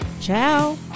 Ciao